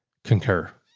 concur.